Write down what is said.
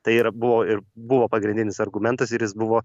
tai ir buvo ir buvo pagrindinis argumentas ir jis buvo